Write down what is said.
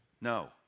No